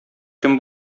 кем